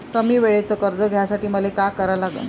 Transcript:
कमी वेळेचं कर्ज घ्यासाठी मले का करा लागन?